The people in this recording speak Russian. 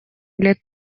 лет